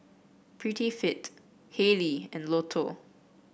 Prettyfit Haylee and Lotto